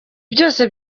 byose